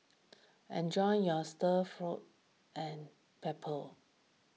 enjoy your Stir Fry and pepper